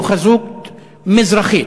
או חזות מזרחית.